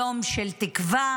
יום של תקווה,